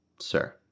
sir